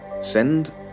send